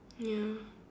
ya